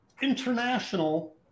international